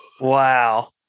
Wow